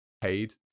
paid